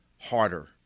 harder